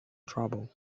trouble